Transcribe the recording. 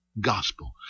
gospel